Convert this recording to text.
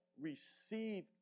receive